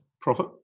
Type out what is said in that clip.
profit